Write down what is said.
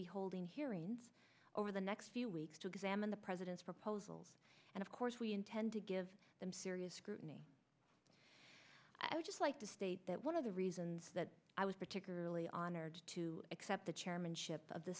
be holding hearings over the next few weeks to examine the president's proposals and of course we intend to give them serious scrutiny i would just like to state that one of the reasons that i was particularly honored to accept the chairmanship of the